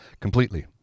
completely